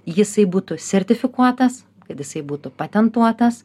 jisai būtų sertifikuotas kad jisai būtų patentuotas